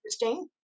interesting